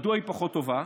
מדוע היא פחות טובה?